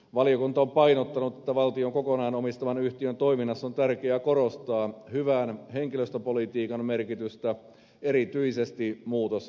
valiokunta on painottanut että valtion kokonaan omistavan yhtiön toiminnassa on tärkeää korostaa hyvän henkilöstöpolitiikan merkitystä erityisesti muutosvaiheessa